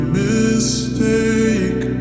mistake